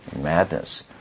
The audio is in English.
madness